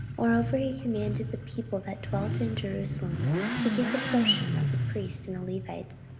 moreover he commanded the people that dwelt in jerusalem to give the portion of the priests and the levites,